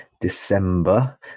December